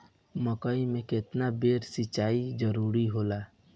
मकई मे केतना बेर सीचाई जरूरी होला?